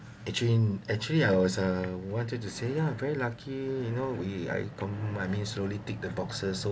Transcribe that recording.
actually actually I was uh wanted to say ya very lucky you know we I com~ I mean slowly tick the boxes so